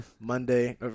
Monday